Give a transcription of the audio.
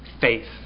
faith